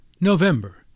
November